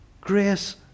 Grace